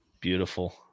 Beautiful